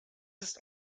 ist